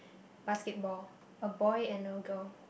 basketball a boy and a girl